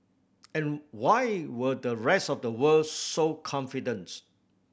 and why were the rest of the world so confidence